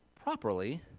properly